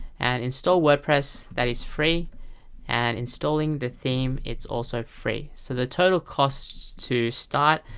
and install wordpress, that is free and installing the theme, it's also free so the total costs to start,